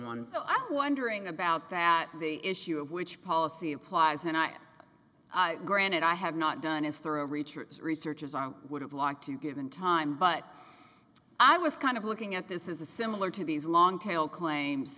one wondering about that the issue of which policy applies and i i granted i have not done is through a retreat researchers i would have liked to given time but i was kind of looking at this is a similar to these long tail claims